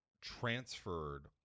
transferred